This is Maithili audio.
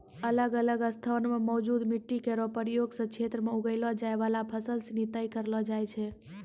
अलग अलग स्थान म मौजूद मिट्टी केरो प्रकार सें क्षेत्रो में उगैलो जाय वाला फसल सिनी तय करलो जाय छै